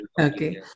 Okay